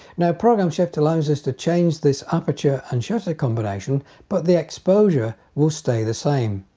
now program shift allows us to change this aperture and shutter combination but the exposure will stay the same.